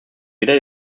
weder